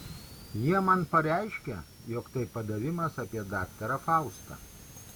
jie man pareiškė jog tai padavimas apie daktarą faustą